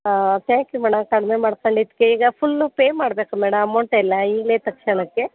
ಹಾಂ thank you madam ಕಡಿಮೆ ಮಾಡ್ಕೊಂಡಿದ್ಕೆ ಈಗ ಫುಲ್ಲು ಪೇ ಮಾಡಬೇಕಾ ಮೇಡಮ್ ಅಮೌಂಟೆಲ್ಲ ಈಗಲೇ ತಕ್ಷಣಕ್ಕೆ